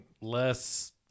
less